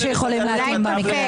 בשונה ממך,